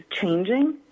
changing